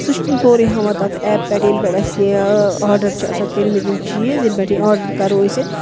سُہ چھِ تِم سورُے ہاوان تَتھ اٮ۪پ پٮ۪ٹھ ییٚمہِ پٮ۪ٹھ اَسہِ یہِ آرڈر چھُ آسان کٔرمٕتۍ آسان یِم چیٖز ییٚمہِ پٮ۪ٹھ یہِ آرڈر کَرو ٲسۍ یہِ